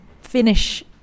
finish